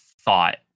thought